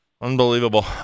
Unbelievable